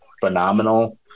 phenomenal